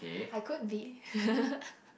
I could be